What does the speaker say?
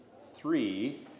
three